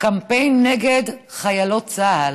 קמפיין נגד חיילות צה"ל.